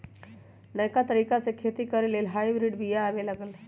नयाँ तरिका से खेती करे लेल हाइब्रिड बिया आबे लागल